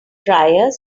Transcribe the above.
dryer